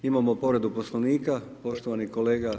Imamo povredu Poslovnika, poštovani kolega.